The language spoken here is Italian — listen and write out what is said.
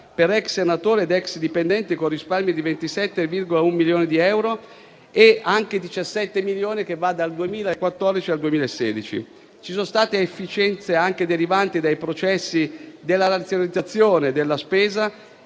per ex senatori ed ex dipendenti, con un risparmio di 27,1 milioni di euro, oltre ai 17 milioni del periodo che va dal 2014 al 2016. Ci sono state efficienze anche derivanti dai processi di razionalizzazione della spesa,